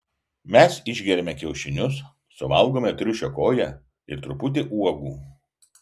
mes išgeriame kiaušinius suvalgome triušio koją ir truputį uogų